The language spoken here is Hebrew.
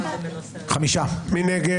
מי נגד?